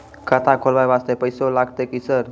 खाता खोलबाय वास्ते पैसो लगते की सर?